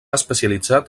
especialitzat